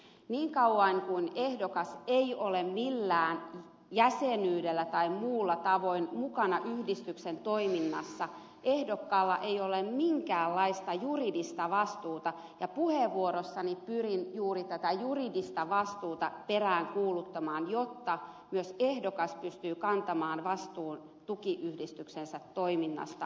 niin kauan kuin ehdokas ei ole millään jäsenyydellä tai muulla tavoin mukana yhdistyksen toiminnassa ehdokkaalla ei ole minkäänlaista juridista vastuuta ja puheenvuorossani pyrin juuri tätä juridista vastuuta peräänkuuluttamaan jotta myös ehdokas pystyy kantamaan vastuun tukiyhdistyksensä toiminnasta juridisessa mielessä